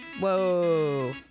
Whoa